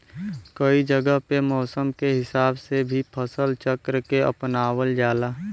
कई जगह पे मौसम के हिसाब से भी फसल चक्र के अपनावल जाला